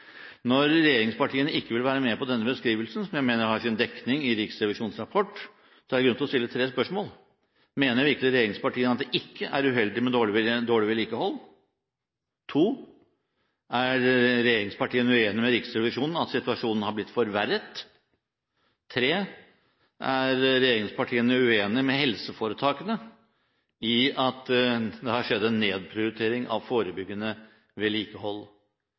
Når regjeringspartiene ikke vil være med på denne beskrivelsen, som jeg mener har sin dekning i Riksrevisjonens rapport, er det grunn til å stille tre spørsmål: Mener virkelig regjeringspartiene at det ikke er uheldig med dårlig vedlikehold? Er regjeringspartiene uenig med Riksrevisjonen i at situasjonen har blitt forverret? Er regjeringspartiene uenig med helseforetakene i at det har skjedd en nedprioritering av forebyggende vedlikehold?